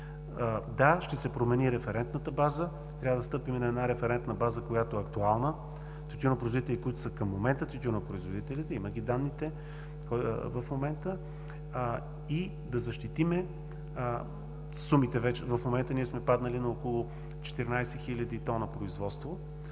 Да, ще се промени референтната база. Трябва да стъпим на референтна база, която е актуална, тютюнопроизводители, които към момента са тютюнопроизводители – има ги данните, и да защитим сумите – в момента сме паднали на около 14 хиляди тона производство,